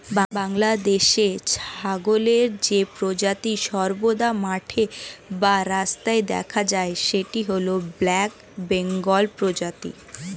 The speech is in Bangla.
বাংলাদেশে ছাগলের যে প্রজাতি সর্বদা মাঠে বা রাস্তায় দেখা যায় সেটি হল ব্ল্যাক বেঙ্গল প্রজাতি